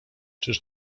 czyż